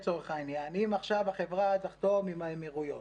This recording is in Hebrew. אם החברה תחתום עכשיו עם האמירויות